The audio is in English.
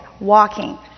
walking